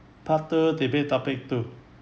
part two debate topic two